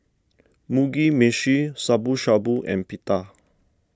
Mugi Meshi Shabu Shabu and Pita